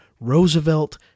Roosevelt